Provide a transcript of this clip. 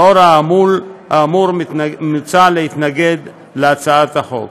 לאור האמור, מוצע להתנגד להצעת החוק.